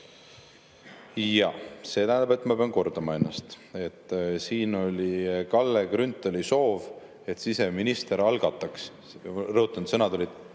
on. See tähendab, et ma pean kordama ennast. Siin oli Kalle Grünthali soov, et siseminister algataks, rõhutan, sõnad olid